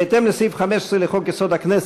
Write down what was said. בהתאם לסעיף 15 לחוק-יסוד: הכנסת,